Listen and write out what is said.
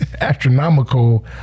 astronomical